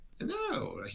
No